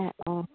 অঁ অঁ